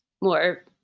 more